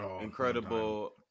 incredible